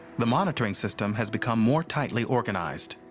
the monitoring system has become more tightly organized.